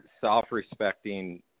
self-respecting